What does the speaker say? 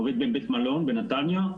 עובד בבית מלון בנתניה.